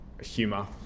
humor